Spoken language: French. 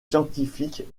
scientifiques